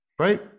right